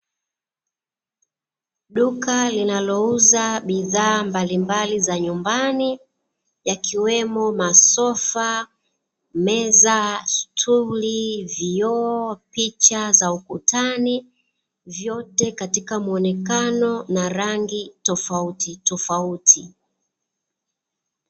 Duka linalouza bidhaa mbalimbali za nyumbani yakiwemo; masofa, meza, stuli, vioo, picha za ukutani vyote katika muonekano na rangi tofauti tofauti.